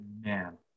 man